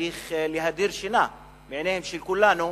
וצריך להדיר שינה מעיני כולנו,